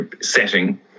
setting